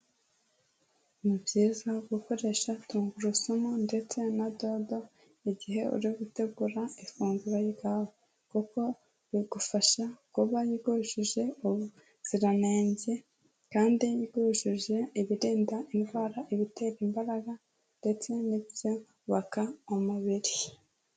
Ni byiza gukoresha tungurusumu ndetse na dodo igihe uri gutegura ifunguro ryawe kuko bigufasha kuba ryujuje ubuziranenge kandi ryujuje ibirinda indwara, ibitera imbaraga ndetse n'ibyubaka umubiri.